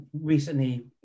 recently